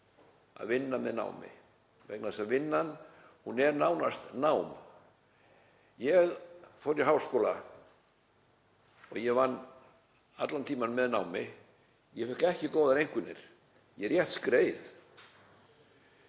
að vinna með námi vegna þess að vinnan er nánast nám. Ég fór í háskóla og ég vann allan tímann með námi. Ég fékk ekki góðar einkunnir, ég rétt skreið.